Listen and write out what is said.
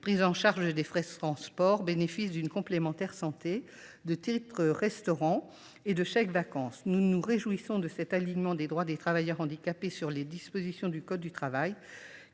prise en charge des frais de transport, à la complémentaire santé, aux titres restaurants et aux chèques vacances. Nous nous réjouissons de cet alignement des droits des travailleurs handicapés sur les dispositions du code du travail,